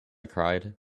cried